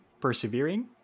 persevering